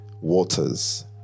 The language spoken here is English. Waters